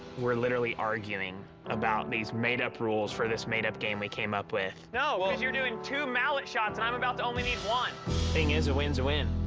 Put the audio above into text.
we're literally arguing about these made-up rules for this made-up game we came up with. no, well cause you're doing two mallet shots and i'm about to only need one. the thing is, a win's a win,